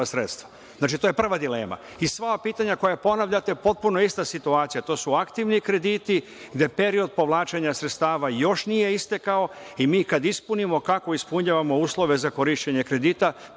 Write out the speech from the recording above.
sredstva. Znači, to je prva dilema i sva ova pitanja koja ponavljate, potpuno je ista situacija. To su aktivni krediti gde period povlačenja sredstava još nije istekao i mi kada ispunimo, kako ispunjavamo uslove za korišćenje kredita,